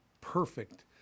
perfect